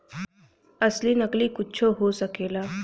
असली नकली कुच्छो हो सकेला